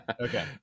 okay